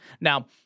Now